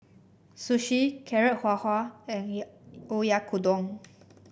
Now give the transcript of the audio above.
sushi Carrot Halwa and Oyakodon